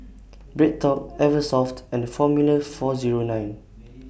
BreadTalk Eversoft and Formula four Zero nine